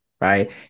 Right